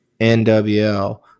NWL